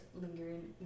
lingering